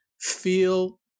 feel